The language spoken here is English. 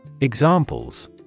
Examples